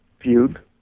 viewed